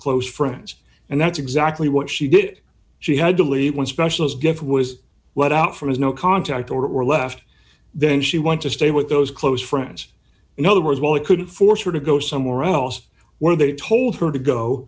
close friends and that's exactly what she did she had to leave when specialist gift was what out for his no contact order or left then she went to stay with those close friends in other words while it couldn't force her to go somewhere else where they told her to go